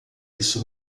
isso